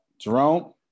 Jerome